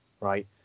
right